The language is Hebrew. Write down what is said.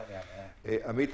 עמית,